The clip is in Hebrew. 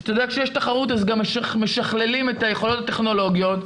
וכשיש תחרות אז גם משכללים את היכולות הטכנולוגיות,